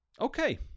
Okay